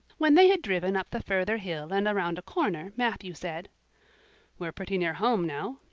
when they had driven up the further hill and around a corner matthew said we're pretty near home now.